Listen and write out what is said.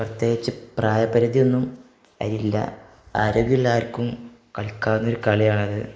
പ്രത്യേകിച്ച് പ്രായ പരിധിയൊന്നും അതിലില്ല ആരോഗ്യമുള്ള ആർക്കും കളിക്കാവുന്ന ഒരു കളിയാണത്